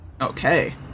okay